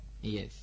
Yes